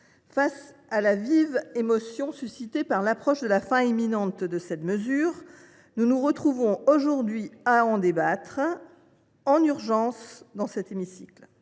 Face à la vive émotion suscitée par l’approche de la fin imminente de cette mesure, nous nous retrouvons aujourd’hui à en débattre en urgence dans cet hémicycle.